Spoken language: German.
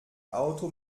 auto